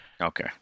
okay